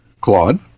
Claude